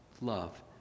love